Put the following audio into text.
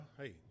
hey